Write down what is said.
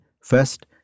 First